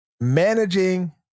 managing